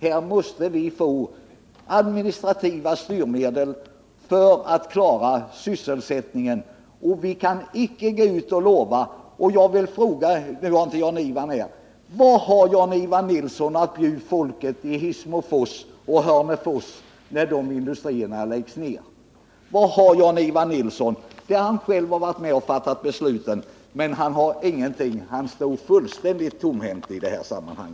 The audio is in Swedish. Här måste vi få administrativa styrmedel för att klara sysselsättningen. Vi kan inte bara gå ut och lova. Jag vill fråga: Vad har Jan-Ivan Nilsson att bjuda folket i Hissmofors och Hörnefors när industrierna där läggs ner? Han har själv varit med om att fatta besluten, men han står fullständigt tomhänt i detta sammanhang.